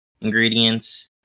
ingredients